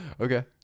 Okay